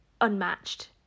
unmatched